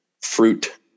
fruit